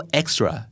extra